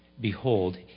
Behold